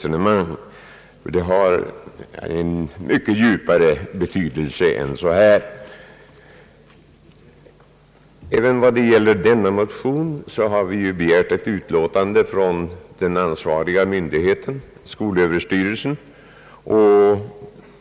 Hela denna fråga har en mycket djupare betydelse än så. Även rörande dessa motioner har vi begärt ett utlåtande från den ansvariga myndigheten, Sö.